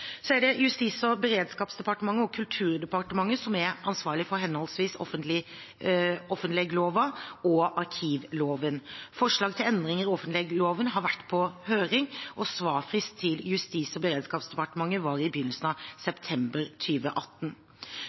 Så er det Justis- og beredskapsdepartementet og Kulturdepartementet som er ansvarlig for henholdsvis offentleglova og arkivloven. Forslag til endringer i offentleglova har vært på høring, og svarfrist til Justis- og beredskapsdepartementet var i begynnelsen av september